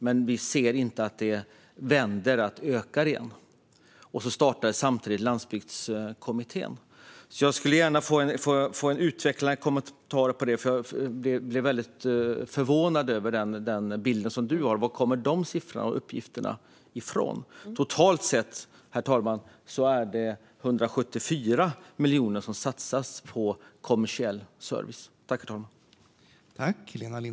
Men man kunde inte se att det hade vänt och att antalet butiker ökade igen. Samtidigt startades Landsbygdskommittén. Jag skulle gärna vilja ha en utvecklad kommentar. Jag blev väldigt förvånad över den bild som Helena Lindahl har. Var kommer de siffrorna och uppgifterna från? Totalt sett satsas 174 miljoner på kommersiell service, herr talman.